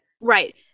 right